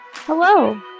Hello